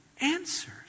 answers